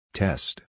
test